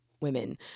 women